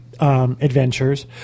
adventures